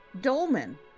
dolman